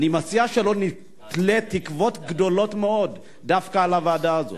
אני מציע שלא נתלה תקוות גדולות מדי דווקא בוועדה הזאת.